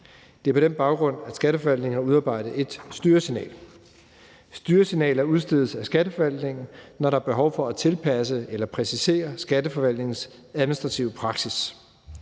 Det er på den baggrund, at Skatteforvaltningen har udarbejdet et styresignal. Styresignaler udstedes af Skatteforvaltningen, når der er behov for at tilpasse eller præcisere Skatteforvaltningens administrative praksis,